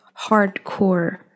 hardcore